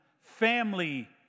family